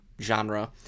genre